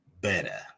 better